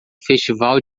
festival